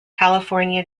california